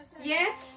yes